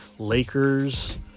lakers